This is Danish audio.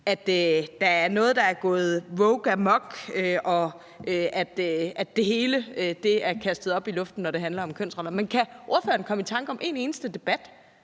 at der er noget, der er gået wokeamok, og at det hele er kastet op i luften, når det handler om kønsroller. Men kan ordføreren komme i tanke om en eneste debat